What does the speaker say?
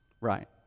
Right